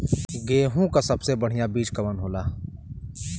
गेहूँक सबसे बढ़िया बिज कवन होला?